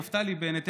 נפתלי בנט,